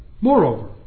Moreover